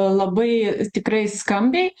labai tikrai skambiai